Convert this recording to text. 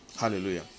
Hallelujah